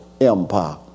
empire